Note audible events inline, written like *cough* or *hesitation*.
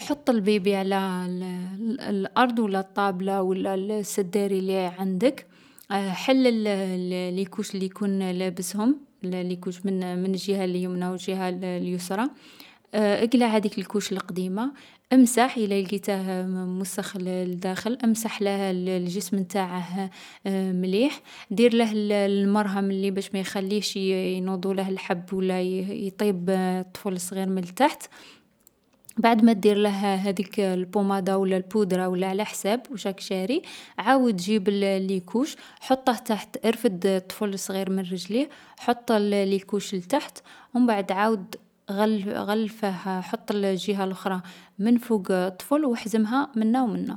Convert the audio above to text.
﻿حط البيبي على ال-الأرض و لا الطابلة و لا السداري لي عندك، حل ل-لي كوش اللي يكون لابسهم، لي كوش من الجيهة اليمنى و الجيهة اليسرى، *hesitation* أقلع هذيك ليكوش لقديمة، أمسح إلا لقيته موسخ لداخل أمسحله الجسم نتاعه *hesitation* مليح. ديرله المرهم اللي باش مايخليهش ينوضوله الحب ولا يطيب الطفل الصغير من تحت، *noise* مبعد ما ديرله هاديك البومادة ولا البودرة ولا على حساب وش راك شاري. عاود جيب لي كوش، حطه تحت، ارفد الطفل الصغير من رجليه، حط لي كوش لتحت، ومبعد عاود غل-غلفه، حط الجيهة لخرى من فوق الطفل و احزمها منا و منا.